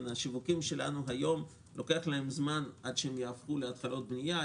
לשיווקים שלנו היום ייקח זמן עד שיהפכו להתחלות בנייה.